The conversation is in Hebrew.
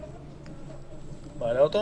בבקשה.